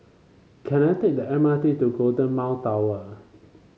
can I take the M R T to Golden Mile Tower